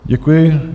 Děkuji.